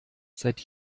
seit